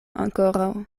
ankoraŭ